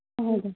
ಹೌದು